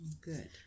good